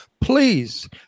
please